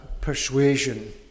persuasion